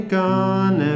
gone